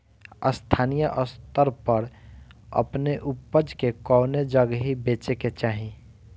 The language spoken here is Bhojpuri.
स्थानीय स्तर पर अपने ऊपज के कवने जगही बेचे के चाही?